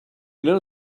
know